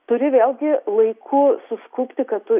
turi vėlgi laiku suskubti kad tu